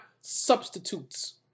substitutes